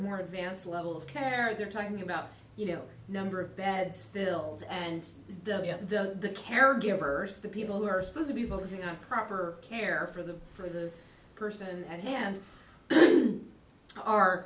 more advanced level of care they're talking about you know number of beds pills and yet the caregivers the people who are supposed to be focusing on proper care for them for the person at hand are